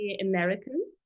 American